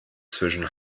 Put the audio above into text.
zwischen